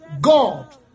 God